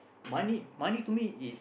money money to me is